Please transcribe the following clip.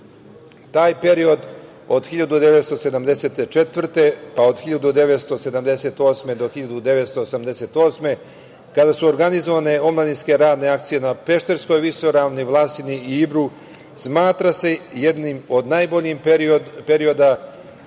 Taj period od 1974, pa od 1978. do 1988. godine, kada su organizovane omladinske radne akcije na Pešterskoj visoravni, Vlasini i Ibru, smatra se jednim od najboljih perioda